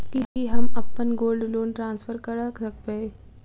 की हम अप्पन gold loan transfer करऽ सकबै?